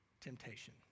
temptation